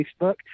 Facebook